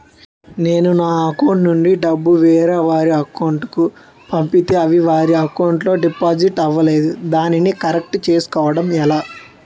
నేను నా అకౌంట్ నుండి డబ్బు వేరే వారి అకౌంట్ కు పంపితే అవి వారి అకౌంట్ లొ డిపాజిట్ అవలేదు దానిని కరెక్ట్ చేసుకోవడం ఎలా?